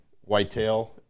whitetail